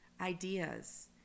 ideas